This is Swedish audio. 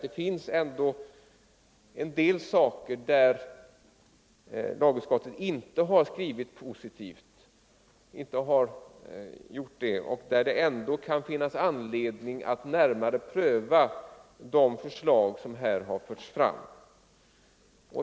Det finns nämligen en del förslag i motionen som lagutskottet inte skrivit positivt om och som det ändå kan finnas anledning att pröva.